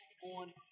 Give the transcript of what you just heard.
on